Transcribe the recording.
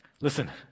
listen